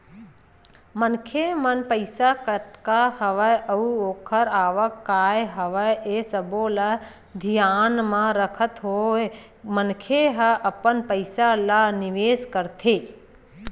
मनखे मेर पइसा कतका हवय अउ ओखर आवक काय हवय ये सब्बो ल धियान म रखत होय मनखे ह अपन पइसा ल निवेस करथे